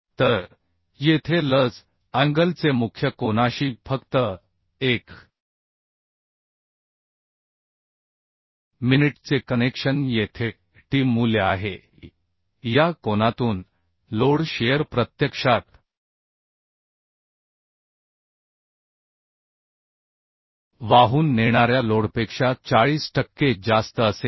तर येथे लज अँगलचे मुख्य कोनाशी फक्त एक मिनिट hmचे कनेक्शन येथे t मूल्य आहे की या कोनातून लोड शिअर प्रत्यक्षात वाहून नेणाऱ्या लोडपेक्षा 40 टक्के जास्त असेल